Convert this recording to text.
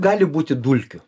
gali būti dulkių